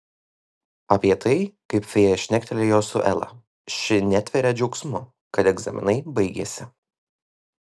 apie tai kaip fėja šnektelėjo su ela ši netveria džiaugsmu kad egzaminai baigėsi